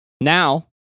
now